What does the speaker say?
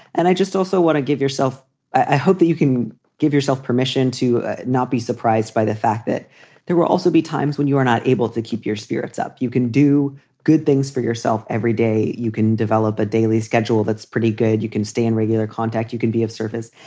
and i just also want to give yourself i hope that you can give yourself permission to not be surprised by the fact that there will also be times when you are not able to keep your spirits up. you can do good things for yourself every day. you can develop a daily schedule that's pretty good. you can stay in regular contact. you can be of service.